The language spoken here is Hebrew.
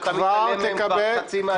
----- שאתה מתעלם מהן כבר חצי מהדיון,